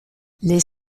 les